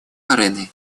арене